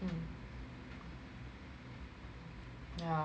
yeah